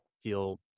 feel